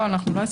לא התכוונו.